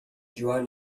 joan